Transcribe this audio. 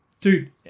Dude